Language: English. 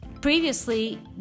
previously